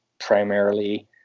Primarily